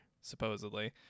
supposedly